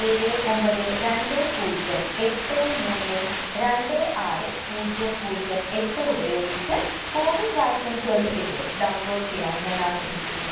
ഏഴ് ഒമ്പത് രണ്ട് പൂജ്യം എട്ട് മൂന്ന് രണ്ട് ആറ് പൂജ്യം പൂജ്യം എട്ട് ഉപയോഗിച്ച് കോവിഡ് വാക്സിൻ സർട്ടിഫിക്കറ്റ് ഡൗൺലോഡ് ചെയ്യാൻ ഞാൻ ആഗ്രഹിക്കുന്നു